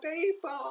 people